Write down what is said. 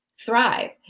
thrive